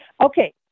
Okay